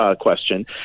question